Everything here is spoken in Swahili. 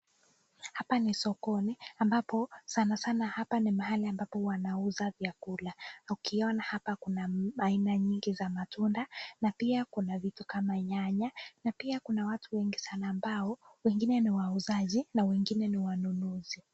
Hapa ni sokoni, ambapo sanasana hapa ni mahali ambapo huwa wanauza vyakula, ukiona hapa kuna aina nyingi za matunda, na pia kuna vitu kama nyanya, na pia kuna watu wengi sana ambao, wengine ni wauzaji, na wengine ni wanunuzi.